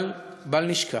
אבל, בל נשכח